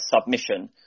submission